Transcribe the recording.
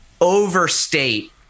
overstate